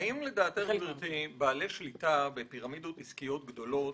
האם לדעתך בעלי שליטה בפירמידות העסקיות גדולות